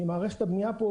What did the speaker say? ממערכת הבנייה פה,